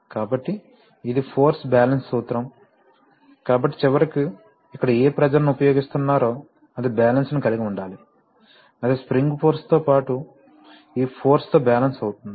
కాబట్టి ఇది force balance సూత్రం కాబట్టి చివరకు ఇక్కడ ఏ ప్రెషర్ ని ఉపయోగిస్తున్నారో అది బ్యాలెన్స్ ను కలిగి ఉండాలి అది స్ప్రింగ్ ఫోర్స్ తో పాటు ఈ ఫోర్స్ తో బ్యాలెన్స్ అవుతుంది